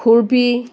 খুৰ্পী